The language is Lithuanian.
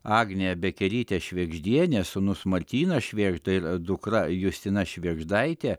agnė bekerytė švėgždienė sūnus martynas švėgžda ir dukra justina švėgždaitė